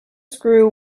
screw